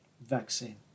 vaccine